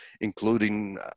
including